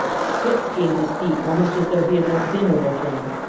spitz gained his feet almost as though he had not been overthrown,